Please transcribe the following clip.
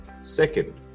Second